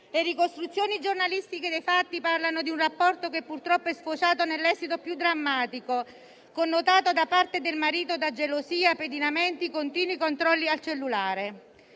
Le ricostruzioni giornalistiche parlano di un rapporto che, purtroppo, è sfociato nell'esito più drammatico, connotato, da parte del marito, da gelosia, pedinamenti e continui controlli al cellulare.